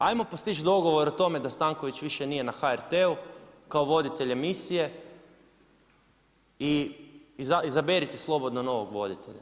Hajmo postići dogovor o tome da Stanković više nije na HRT-u kao voditelj emisije, izaberite slobodno novog voditelja.